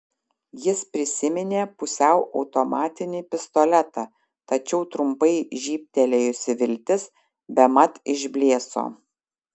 jis prisiminė pusiau automatinį pistoletą tačiau trumpai žybtelėjusi viltis bemat išblėso